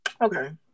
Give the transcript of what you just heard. okay